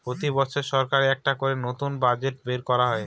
প্রতি বছর সরকার একটা করে নতুন বাজেট বের করে